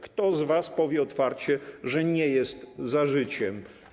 Kto z was powie otwarcie, że nie jest za życiem?